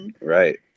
Right